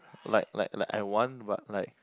like like like I want but like